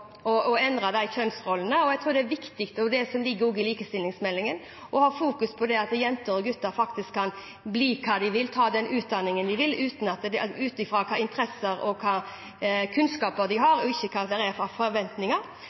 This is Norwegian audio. endre kjønnsrollene? Jeg tror det er viktig – dette ligger også i likestillingsmeldingen – å fokusere på at jenter og gutter faktisk kan bli hva de vil, og ta den utdanningen de vil ut fra hvilke interesser og kunnskaper de har, ikke ut fra hva som finnes av forventninger. Jeg er veldig glad for